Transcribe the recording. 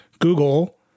Google